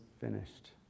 finished